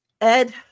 Ed